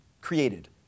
created